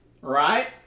Right